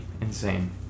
Insane